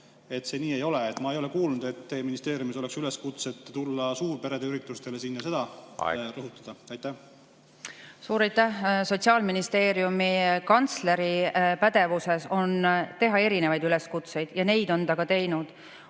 Ma ei ole kuulnud, et teie ministeeriumis oleks üleskutsed tulla suurperede üritustele ja oleks seda rõhutatud. Aitäh,